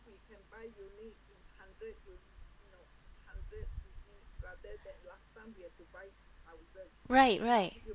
right right